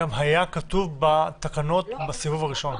היה כתוב בתקנות שסיבוב הראשון.